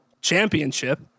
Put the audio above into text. championship